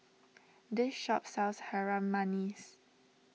this shop sells Harum Manis